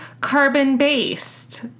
Carbon-based